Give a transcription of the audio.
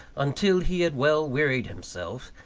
until he had well wearied himself,